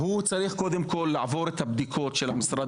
הוא צריך קודם כל לעבור את הבדיקות של המשרד